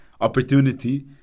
opportunity